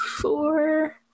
Four